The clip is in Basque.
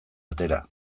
atera